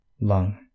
Lung